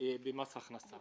במס הכנסה?